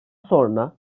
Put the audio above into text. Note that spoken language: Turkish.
sonra